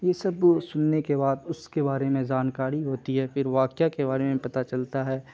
یہ سب سننے کے بعد اس کے بارے میں جانکاڑی ہوتی ہے فر واقعہ کے بارے میں پتہ چلتا ہے